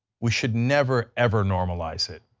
we should never, ever normalize it.